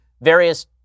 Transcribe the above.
various